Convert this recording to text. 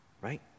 right